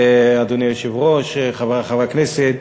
אדוני היושב-ראש, חברי חברי הכנסת,